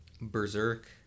Berserk